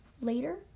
later